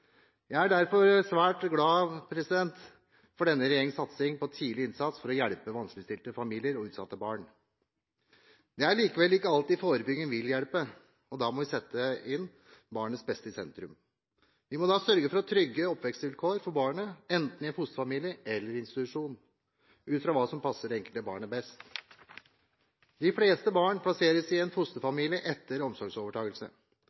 Jeg er derfor svært glad for denne regjeringens satsing på tidlig innsats for å hjelpe vanskeligstilte familier og utsatte barn. Det er likevel ikke alltid forebygging vil hjelpe, og da må vi sette barnets beste i sentrum. Vi må da sørge for trygge oppvekstvilkår for barnet, enten i en fosterfamilie eller i en institusjon, ut fra hva som passer det enkelte barnet best. De fleste barn plasseres i en